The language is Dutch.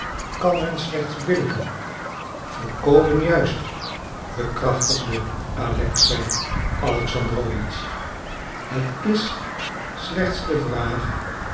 kan men slechts billijken volkomen juist bekrachtigde alexei alexandrowitsch het is slechts de vraag